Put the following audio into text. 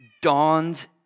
dawns